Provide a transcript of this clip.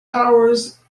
powers